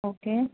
okay